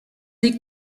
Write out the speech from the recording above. des